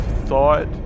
thought